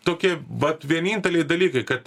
tokie vat vieninteliai dalykai kad